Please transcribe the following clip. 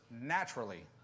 naturally